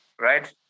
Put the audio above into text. right